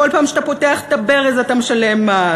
בכל פעם שאתה פותח את הברז אתה משלם מס.